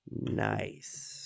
Nice